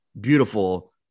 beautiful